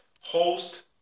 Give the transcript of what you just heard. host